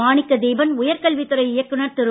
மாணிக்க தீபன் உயர்கல்வித்துறை இயக்குநர் திரு